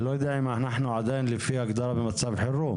אני לא יודע אם אנחנו לפי ההגדרה במצב חירום.